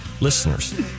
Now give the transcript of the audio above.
listeners